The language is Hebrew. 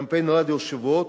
קמפיין רדיו שבועות,